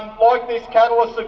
like this catalyst like